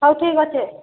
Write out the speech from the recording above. ହେଉ ଠିକ ଅଛେ